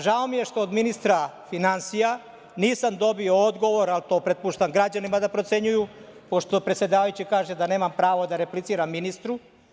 Žao mi je što od ministra finansija nisam dobio odgovor, ali to prepuštam građanima da ocenjuju, pošto predsedavajući kaže da nemam pravo da repliciram ministru.